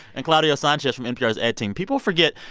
and claudio sanchez from npr's ed team. people forget,